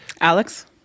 Alex